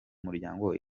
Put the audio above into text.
umuryango